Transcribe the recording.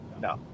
no